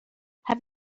have